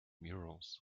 murals